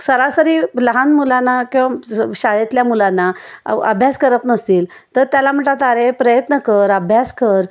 सरासरी लहान मुलांना किंवा शाळेतल्या मुलांना अभ्यास करत नसतील तर त्याला म्हणतात अरे प्रयत्न कर अभ्यास कर